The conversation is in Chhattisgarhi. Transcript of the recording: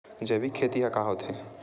जैविक खेती ह का होथे?